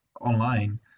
online